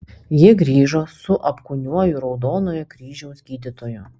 jie grįžo su apkūniuoju raudonojo kryžiaus gydytoju